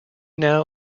now